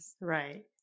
right